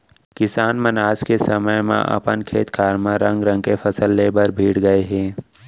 किसान मन आज के समे म अपन खेत खार म रंग रंग के फसल ले बर भीड़ गए हें